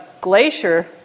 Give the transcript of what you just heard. glacier